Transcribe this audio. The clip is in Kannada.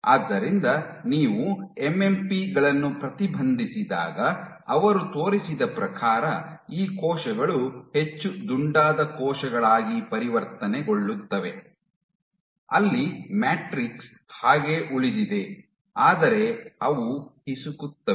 ಆದ್ದರಿಂದ ನೀವು ಎಂಎಂಪಿ ಗಳನ್ನು ಪ್ರತಿಬಂಧಿಸಿದಾಗ ಅವರು ತೋರಿಸಿದ ಪ್ರಕಾರ ಈ ಕೋಶಗಳು ಹೆಚ್ಚು ದುಂಡಾದ ಕೋಶಗಳಾಗಿ ಪರಿವರ್ತನೆಗೊಳ್ಳುತ್ತವೆ ಅಲ್ಲಿ ಮ್ಯಾಟ್ರಿಕ್ಸ್ ಹಾಗೇ ಉಳಿದಿದೆ ಆದರೆ ಅವು ಹಿಸುಕುತ್ತವೆ